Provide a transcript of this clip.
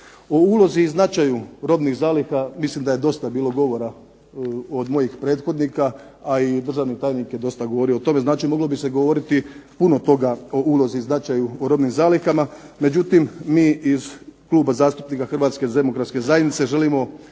O ulozi i značaju robnih zaliha mislim da je dosta bilo govora od mojih prethodnika, a i državni tajnik je dosta govorio o tome. Znači, moglo bi se govoriti puno toga o ulozi i značaju u robnim zalihama. Međutim, mi iz Kluba zastupnika Hrvatske demokratske zajednice želimo